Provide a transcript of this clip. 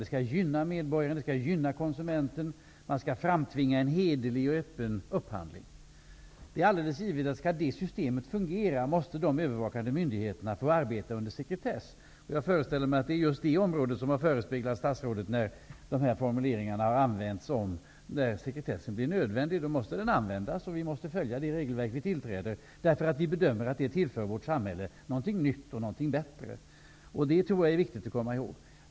De skall gynna medborgaren och konsumenten och skall framtvinga en hederlig och öppen upphandling. Skall systemet fungera är det alldeles givet att de övervakande myndigheterna måste få arbete under sekretess. Jag föreställer mig att det är just detta område som har förespeglat statsrådet när formuleringarna om sekretess har använts. Där sekretessen blir nödvändig måste den användas, och vi måste följa de regelverk som vi biträder därför att vi bedömer att de tillför vårt samhälle någonting nytt och bättre. Det är viktigt att komma ihåg.